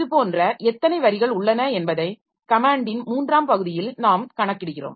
இதுபோன்ற எத்தனை வரிகள் உள்ளன என்பதை கமேன்ட்டின் மூன்றாம் பகுதியில் நாம் கணக்கிடுகிறோம்